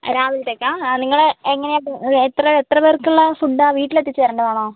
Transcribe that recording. രാവിലത്തേക്കാണ് നിങ്ങള് എങ്ങനെയാണ് എത്ര എത്രപേർക്കുള്ള ഫുഡാണ് വീട്ടിലെത്തിച്ച് തരേണ്ടതാണ്